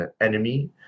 enemy